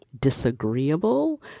disagreeable